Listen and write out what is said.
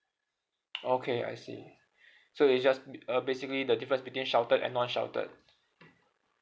okay I see so is just uh basically the difference between sheltered and non sheltered